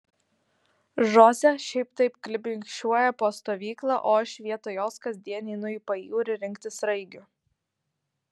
žoze šiaip taip klibikščiuoja po stovyklą o aš vietoj jos kasdien einu į pajūrį rinkti sraigių